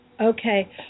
Okay